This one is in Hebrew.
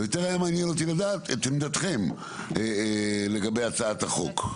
יותר היה מעניין אותי לדעת את עמדתכם לגבי הצעת החוק.